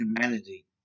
humanity